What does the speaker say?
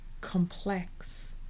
complex